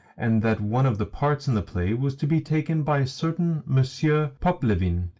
and that one of the parts in the play was to be taken by a certain monsieur poplevin,